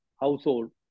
household